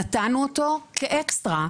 נתנו אותו כאקסטרה.